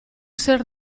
zer